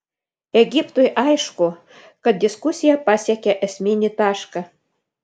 egiptui aišku kad diskusija pasiekė esminį tašką